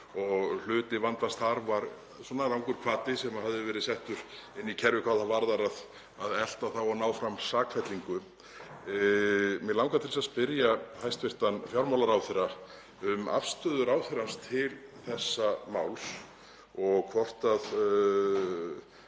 og hluti vandans þar var rangur hvati sem hafði verið settur inn í kerfið hvað það varðar að elta þá og ná fram sakfellingu. Mig langar að spyrja hæstv. fjármálaráðherra um afstöðu ráðherrans til þessa máls og hvort það